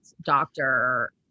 doctor